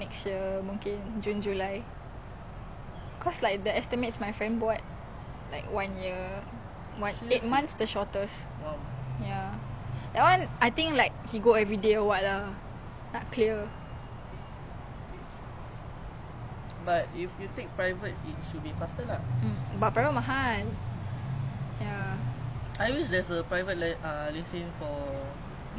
but private mahal ya motorbike but actually I learn how to I don't think is illegal cause my family has like houses like in indonesia then we also have family there then sometimes we just ride the motor there like they teach us lah so technically